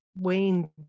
wayne